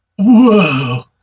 Whoa